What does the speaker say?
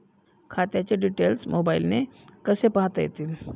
खात्याचे डिटेल्स मोबाईलने कसे पाहता येतील?